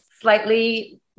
slightly